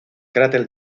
cráter